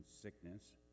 sickness